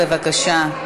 להצביע, בבקשה.